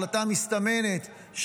ההחלטה המסתמנת,